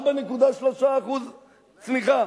4.3% צמיחה,